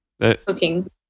Cooking